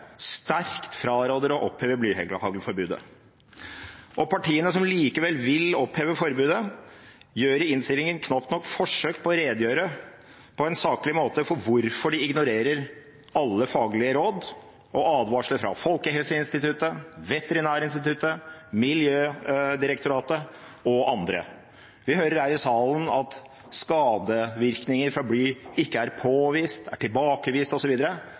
sterkt fraråder å oppheve blyhaglforbudet. Partiene som likevel vil oppheve forbudet, gjør i innstillingen knapt nok forsøk på å redegjøre på en saklig måte for hvorfor de ignorerer alle faglige råd og advarsler fra Folkehelseinstituttet, Veterinærinstituttet, Miljødirektoratet og andre. Vi hører her i salen at skadevirkning fra bly ikke er påvist, er tilbakevist